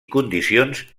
condicions